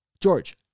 George